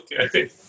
Okay